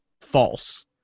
false